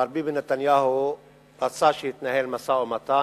מר ביבי נתניהו רצה שיתנהל משא-ומתן,